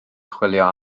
chwilio